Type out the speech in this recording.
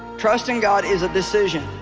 trusting god is a decision